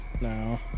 No